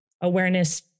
Awareness